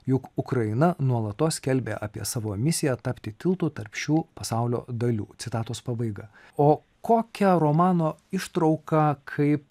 juk ukraina nuolatos skelbė apie savo misiją tapti tiltu tarp šių pasaulio dalių citatos pabaiga o kokią romano ištrauką kaip